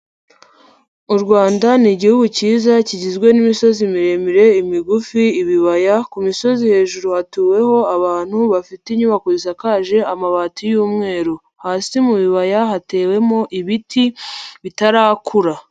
U Rwanda ni Igihugu cyiza kigizwe n'imisozi miremire, imigufi, ibibaya, ku misozi hejuru hatuweho abantu bafite inyubako zisakaje amabati y'umweru, hasi mu bibaya hatewemo ibiti bitarakura.